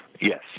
Yes